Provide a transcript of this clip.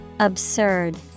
Absurd